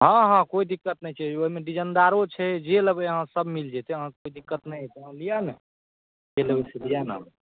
हँ हँ कोइ दिक्कत नहि छै ओहिमे डिजाइनदारो छै जे लेबै अहाँ सभ मिल जेतै अहाँकेँ कोइ दिक्कत नहि हेतै अहाँ लिअ ने जे लेबै से लिअ ने